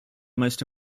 most